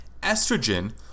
Estrogen